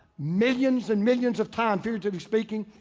millions and millions of time for you to be speaking,